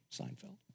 Seinfeld